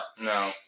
No